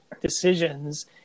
decisions